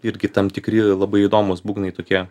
irgi tam tikri labai įdomūs būgnai tokie